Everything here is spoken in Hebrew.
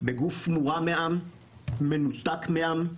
בגוף מורם מעם, מנותק מעם,